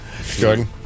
Jordan